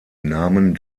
namen